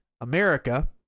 America